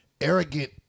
arrogant